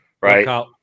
Right